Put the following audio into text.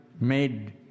made